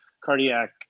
cardiac